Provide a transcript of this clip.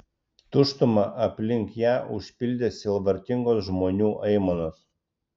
tuštumą aplink ją užpildė sielvartingos žmonių aimanos